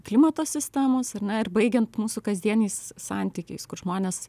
klimato sistemos ir na ir baigiant mūsų kasdieniais santykiais kur žmonės